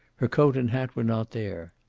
her coat and hat were not there.